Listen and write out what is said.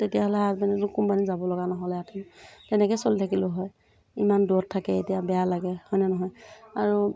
তেতিয়াহ'লে হাজবেন্দৰ লগত কোম্পানীত যাবলগা নহ'লেহেঁতেন তেনেকৈ চলি থাকিলোঁ হয় ইমান দূৰত থাকে এতিয়া বেয়া লাগে হয় নে নহয় আৰু